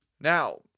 Now